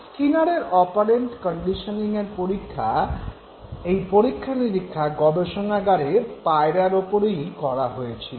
স্কিনারের operant কন্ডিশনিঙের পরীক্ষা নিরীক্ষা গবেষণাগারে পায়রার ওপরে করা হয়েছিল